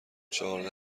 چهارده